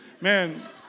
man